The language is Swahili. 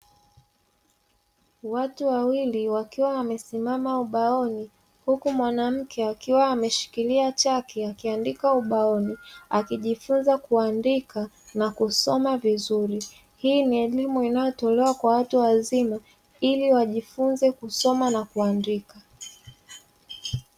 Watu wawili wakiwa wamesimama ubaoni, huku mwanamke akiwa ameshikilia chaki akiandika ubaoni, akijifunza kuandika na kusoma vizuri. Hii ni elimu inayotolewa kwa watu wazima, ili wajifunze kusoma na kuandika.